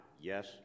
yes